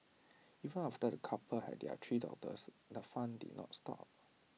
even after the couple had their three daughters the fun did not stop